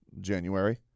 January